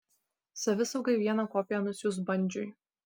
savisaugai vieną kopiją nusiųs bandžiui